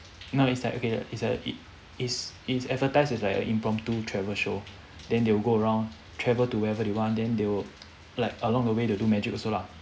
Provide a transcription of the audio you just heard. no it's like okay it's a it it's it's advertised as like a impromptu travel show then they will go around travel to wherever they want then they will like along the way they do magic also lah